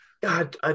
God